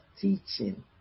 teaching